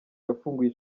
yafunguye